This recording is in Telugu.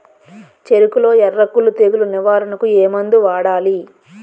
చెఱకులో ఎర్రకుళ్ళు తెగులు నివారణకు ఏ మందు వాడాలి?